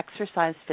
exercise